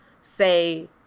say